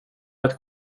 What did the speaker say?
ett